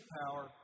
power